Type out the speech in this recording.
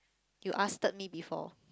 you ask third me before